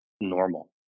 normal